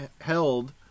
held